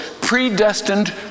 predestined